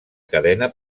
cadena